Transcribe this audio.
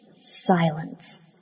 Silence